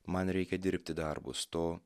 man reikia dirbti darbus to